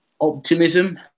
optimism